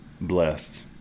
blessed